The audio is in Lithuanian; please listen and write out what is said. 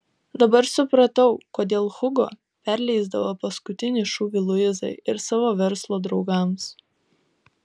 dabar supratau kodėl hugo perleisdavo paskutinį šūvį luizai ir savo verslo draugams